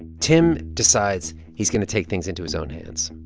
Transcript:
tim decides he's going to take things into his own hands.